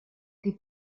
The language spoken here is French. des